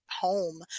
home